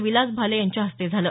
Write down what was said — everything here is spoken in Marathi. विलास भाले यांच्या हस्ते झालं